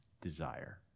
desire